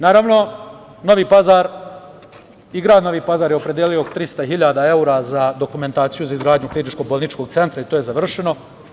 Naravno, i grad Novi Pazar je opredelio 300.000 evra za dokumentaciju za izgradnju kliničko bolničkog centra i to je završeno.